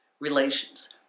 relations